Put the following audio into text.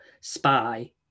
Spy